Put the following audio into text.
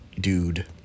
dude